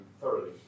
thoroughly